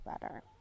better